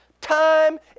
time